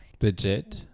Legit